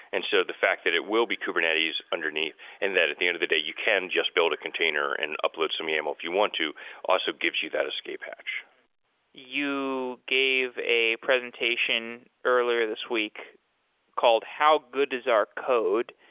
and so the fact that it will be kubernetes underneath and that at the end of the day you can just build a container and upload some yaml if you want also gives you that escape hatch you gave a presentation earlier this week called how good is our code?